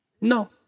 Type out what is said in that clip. no